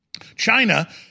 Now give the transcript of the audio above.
China